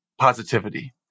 positivity